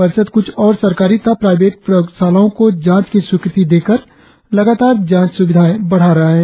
परिषद कुछ और सरकारी तथा प्राइवेट प्रयोगशालाओं को जांच की स्वीकृति देकर लगातार जांच सुविधाएं बढ़ा रही हैं